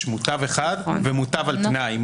יש מוטב אחד ומוטב על תנאי,